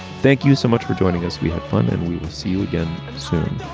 thank you so much for joining us. we have fun and we'll see you again soon